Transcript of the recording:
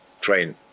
train